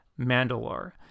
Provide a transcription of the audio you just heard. Mandalore